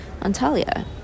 Antalya